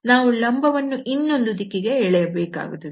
ನಾವು ಲಂಬವನ್ನು ಇನ್ನೊಂದು ದಿಕ್ಕಿಗೆ ಎಳೆಯಬೇಕಾಗುತ್ತದೆ